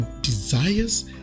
desires